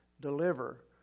deliver